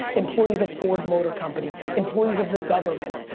employees of ford, motor company, employees of the government.